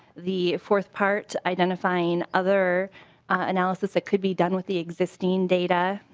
the fourth part identifying other analysis that can be done with the existing data